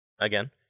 again